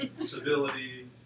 civility